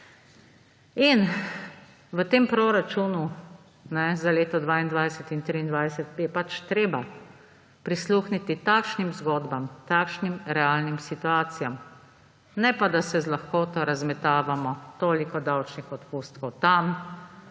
V tem proračunu, za leto 2022 in 2023 je pač treba prisluhniti takšnim zgodbam, takšnim realnim situacijam, ne pa, da se z lahkoto razmetavamo: toliko davčnih odpustkov tam,